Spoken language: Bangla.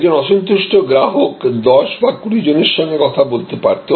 একজন অসন্তুষ্ট গ্রাহক 10 বা 20 জনের সঙ্গে কথা বলতে পারতো